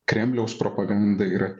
kremliaus propaganda yra